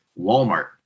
Walmart